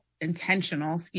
intentional